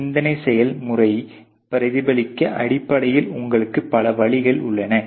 சிந்தனை செயல் முறையை பிரதிபலிக்க அடிப்படையில் உங்களுக்கு பல வழிகள் உள்ளன